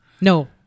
No